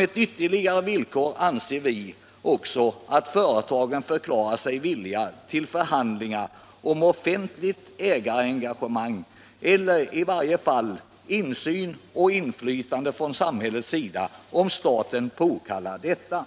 Ett ytterligare villkor anser vi också bör vara att företagen förklarar sig villiga till förhandlingar om offentligt ägarengagemang eller i varje fall insyn och inflytande från samhällets sida, om staten påkallar detta.